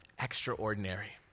extraordinary